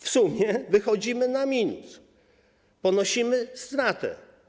W sumie wychodzimy na minus, ponosimy stratę.